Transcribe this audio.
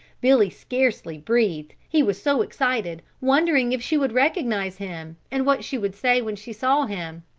billy scarcely breathed, he was so excited, wondering if she would recognize him, and what she would say when she saw him.